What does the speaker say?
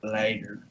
later